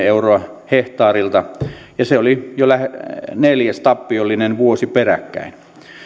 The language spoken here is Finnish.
euroa hehtaarilta ja se oli jo neljäs tappiollinen vuosi peräkkäin